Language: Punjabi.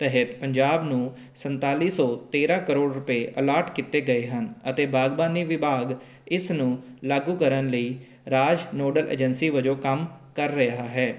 ਤਹਿਤ ਪੰਜਾਬ ਨੂੰ ਸੰਤਾਲੀ ਸੌ ਤੇਰ੍ਹਾਂ ਕਰੋੜ ਰੁਪਏ ਅਲਾਟ ਕੀਤੇ ਗਏ ਹਨ ਅਤੇ ਬਾਗਬਾਨੀ ਵਿਭਾਗ ਇਸ ਨੂੰ ਲਾਗੂ ਕਰਨ ਲਈ ਰਾਜ ਨੋਡਲ ਏਜੰਸੀ ਵਜੋਂ ਕੰਮ ਕਰ ਰਿਹਾ ਹੈ